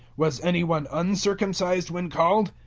was any one uncircumcised when called?